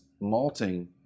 malting